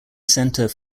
center